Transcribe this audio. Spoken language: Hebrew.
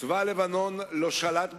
צבא לבנון לא שלט בשטח,